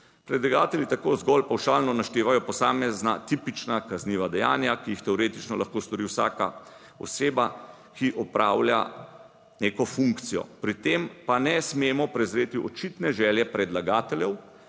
Predlagatelji tako zgolj pavšalno naštevajo posamezna tipična kazniva dejanja, ki jih teoretično lahko stori vsaka oseba, ki opravlja neko funkcijo. Pri tem pa ne smemo prezreti očitne želje predlagateljev,